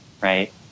right